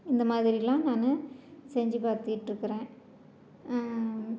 இந்தமாதிரிலாம் நானும் செஞ்சு பார்த்துக்கிட்ருக்குறேன்